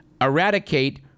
eradicate